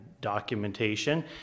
documentation